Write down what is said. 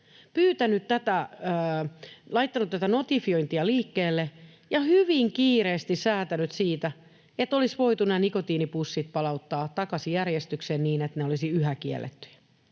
kesänä laittanut tätä notifiointia liikkeelle ja hyvin kiireesti säätänyt siitä, että olisi voitu nämä nikotiinipussit palauttaa takaisin järjestykseen niin, että ne olisivat yhä kiellettyjä?